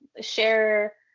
share